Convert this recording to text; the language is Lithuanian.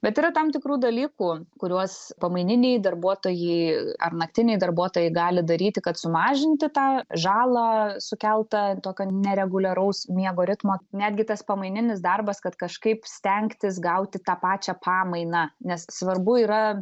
bet yra tam tikrų dalykų kuriuos pamaininiai darbuotojai ar naktiniai darbuotojai gali daryti kad sumažinti tą žalą sukeltą tokio nereguliaraus miego ritmo netgi tas pamaininis darbas kad kažkaip stengtis gauti tą pačią pamainą nes svarbu yra